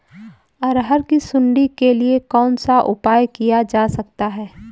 अरहर की सुंडी के लिए कौन सा उपाय किया जा सकता है?